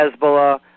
Hezbollah